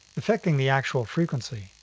affecting the actual frequency.